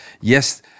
Yes